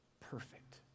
perfect